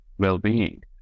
well-being